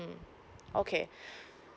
mm okay